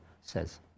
says